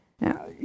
Now